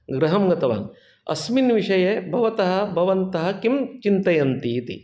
गृहं गतवान् अस्मिन् विषये भवतः भवन्तः किं चिन्तयन्ति इति